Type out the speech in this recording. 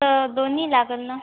तर दोन्ही लागेल ना